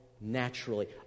naturally